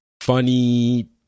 funny